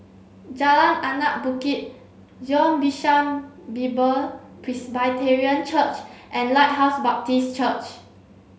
Jalan Anak Bukit Zion Bishan Bible Presbyterian Church and Lighthouse Baptist Church